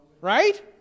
Right